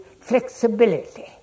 flexibility